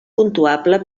puntuable